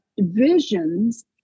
visions